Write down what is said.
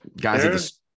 guys